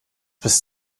bist